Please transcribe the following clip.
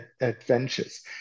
adventures